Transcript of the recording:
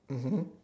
mmhmm